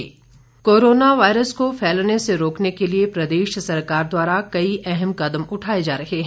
राज्यपाल corona virus को फैलने से रोकने के लिए प्रदेश सरकार द्वारा कई अहम कदम उठाए जा रहे हैं